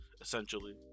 essentially